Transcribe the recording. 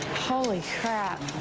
holy crap.